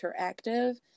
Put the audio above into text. interactive